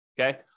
okay